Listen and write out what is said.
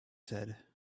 said